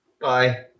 Bye